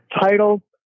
title